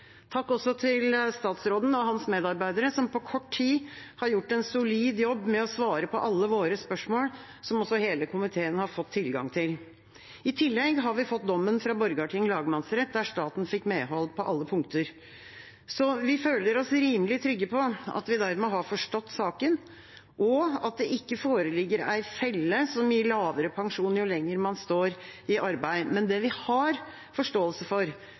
Takk også til statsråden og hans medarbeidere, som på kort tid har gjort en solid jobb med å svare på alle våre spørsmål, og som hele komiteen har fått tilgang til. I tillegg har vi fått dommen fra Borgarting lagmannsrett, der staten fikk medhold på alle punkter. Så vi føler oss rimelig trygge på at vi dermed har forstått saken, og at det ikke foreligger en felle som gir lavere pensjon jo lenger man står i arbeid. Men det vi har forståelse for,